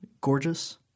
Gorgeous